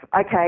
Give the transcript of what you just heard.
okay